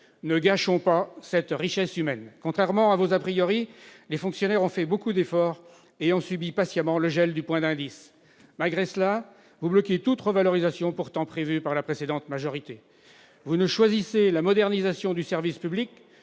Ne gâchons pas cette richesse humaine ! Contrairement à ce que laissent entendre vos, les fonctionnaires ont fait beaucoup d'efforts et ont subi patiemment le gel du point d'indice. Malgré cela, vous bloquez toute revalorisation, pourtant prévue par la précédente majorité. Vous ne choisissez la modernisation du service public